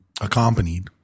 accompanied